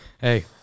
Hey